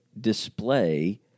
display